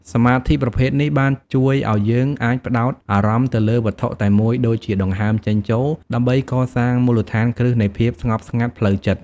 សមាធិប្រភេទនេះបានជួយឱ្យយើងអាចផ្តោតអារម្មណ៍ទៅលើវត្ថុតែមួយដូចជាដង្ហើមចេញចូល ដើម្បីកសាងមូលដ្ឋានគ្រឹះនៃភាពស្ងប់ស្ងាត់ផ្លូវចិត្ត។